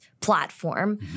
platform